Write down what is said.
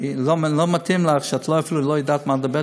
כי לא מתאים לך שאת אפילו לא יודעת מה את מדברת,